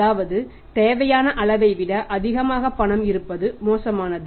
அதாவது தேவையான அளவைவிட அதிகமாக பணம் இருப்பதும் மோசமானது